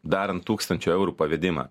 darant tūkstančio eurų pavedimą